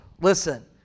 Listen